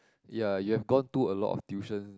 ya you have gone to a lot of tuition